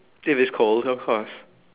if it's cold of course